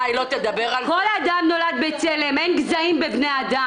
כל אדם נולד בצלם, אין גזעים בני אדם.